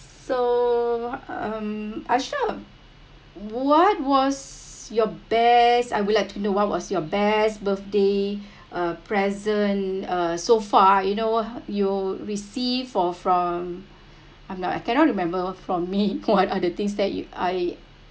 so um ashraff what was your best I would like to know what was your best birthday uh present uh so far you know what you receive for from I'm now I cannot remember what from me what are the things that you I